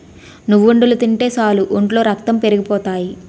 నువ్వుండలు తింటే సాలు ఒంట్లో రక్తం పెరిగిపోతాయి